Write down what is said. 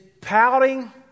pouting